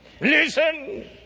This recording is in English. Listen